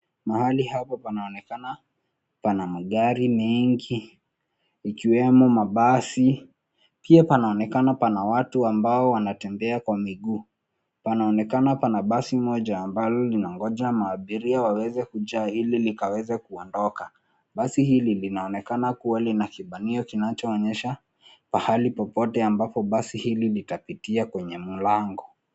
Mahali hapa panaonekana pana magari mengi, ikiwemo mabasi. Pia panaonekana pana watu ambao wanatembea kwa miguu. Panaonekana pana basi moja ambalo linangoja maabiria waweze kujaa ili likaweze kuondoka. Basi hili linaonekana kuwa lina kibanio kinachoonyesha pahali popote ambapo basi hili litapitia kwenye mlango.